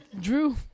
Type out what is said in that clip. Drew